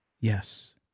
yes